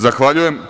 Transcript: Zahvaljujem.